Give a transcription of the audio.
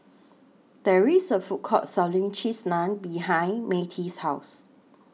There IS A Food Court Selling Cheese Naan behind Myrtie's House